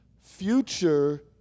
future